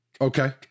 Okay